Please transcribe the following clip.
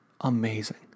Amazing